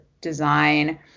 design